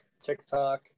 TikTok